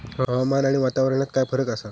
हवामान आणि वातावरणात काय फरक असा?